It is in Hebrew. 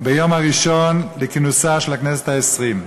ביום הראשון לכינוסה של הכנסת העשרים,